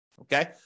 okay